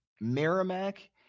merrimack